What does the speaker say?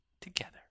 together